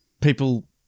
people